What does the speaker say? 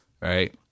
right